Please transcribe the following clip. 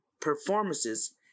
performances